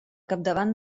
capdavant